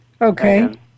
Okay